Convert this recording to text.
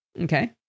Okay